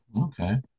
Okay